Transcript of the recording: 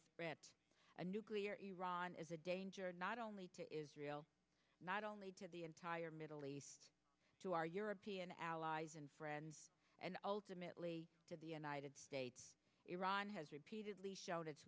threat a nuclear iran is a danger not only to israel not only to the entire middle east to our european allies and friends and ultimately to the united states iran has repeatedly show